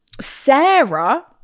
sarah